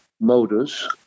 motors